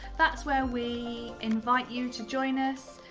that's where we invite you to join us.